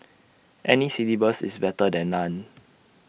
any syllabus is better than none